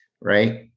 right